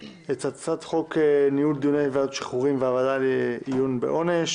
את הצעת החוק ניהול דיוני ועדת השחרורים והוועדה לעיון בעונש